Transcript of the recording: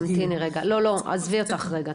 לא, לא, עזבי אותך רגע.